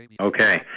Okay